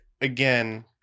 again